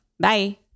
bye